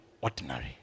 Ordinary